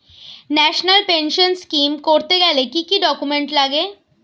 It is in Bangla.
ন্যাশনাল পেনশন স্কিম করতে গেলে কি কি ডকুমেন্ট লাগে?